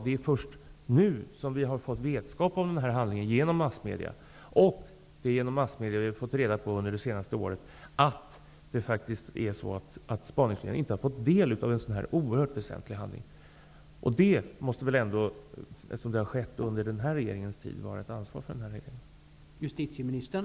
Det är först nu som vi har fått vetskap om dessa handlingar genom massmedia. Det är genom massmedia som vi det senaste året har fått reda på att det faktiskt är så att spaningsledningen inte har fått del av en sådan oerhört väsentlig handling. Det måste väl ändå vara ett ansvar för den här regeringen, eftersom det har skett under den här regeringens tid?